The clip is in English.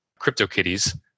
CryptoKitties